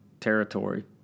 territory